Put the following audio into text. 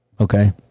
Okay